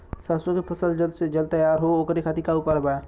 सरसो के फसल जल्द से जल्द तैयार हो ओकरे खातीर का उपाय बा?